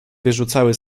wyrzucały